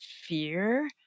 fear